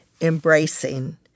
embracing